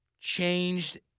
Changed